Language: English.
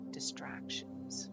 distractions